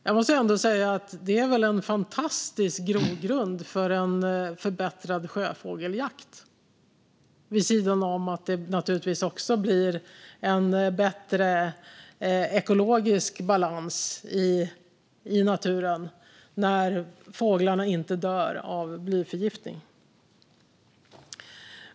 Jag måste säga att detta är en fantastisk grogrund för en förbättrad sjöfågeljakt, vid sidan av att det naturligtvis också blir en bättre ekologisk balans i naturen när fåglarna inte dör av blyförgiftning.